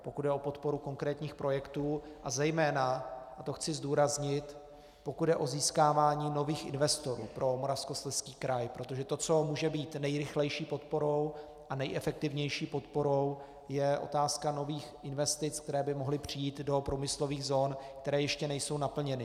Pokud jde o podporu konkrétních projektů, a zejména, to chci zdůraznit, pokud jde o získávání nových investorů pro Moravskoslezský kraj, protože to, co může být nejrychlejší podporou a nejefektivnější podporou, je otázka nových investic, které by mohly přijít do průmyslových zón, které ještě nejsou naplněny.